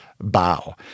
bow